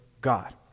God